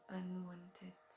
unwanted